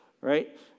Right